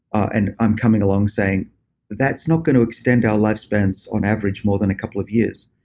and i'm coming along saying that's not going to extend our lifespans on average more than a couple of years.